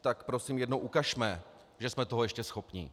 Tak prosím jednou ukažme, že jsme toho ještě schopni.